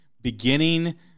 beginning